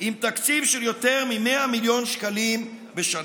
עם תקציב של יותר מ-100 מיליון שקלים בשנה,